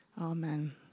Amen